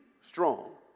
strong